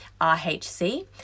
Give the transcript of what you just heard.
RHC